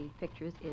pictures